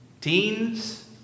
teens